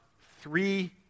three